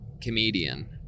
comedian